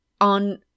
on